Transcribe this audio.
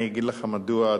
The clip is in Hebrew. אני אגיד לך מדוע,